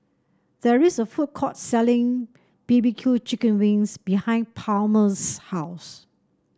there is a food court selling B B Q Chicken Wings behind Palmer's house